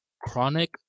chronic